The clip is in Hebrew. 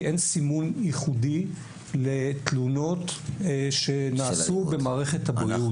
כי אין סימון ייחודי לתלונות שנעשו במערכת הבריאות,